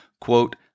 quote